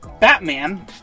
Batman